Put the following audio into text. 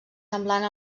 semblant